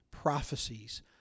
prophecies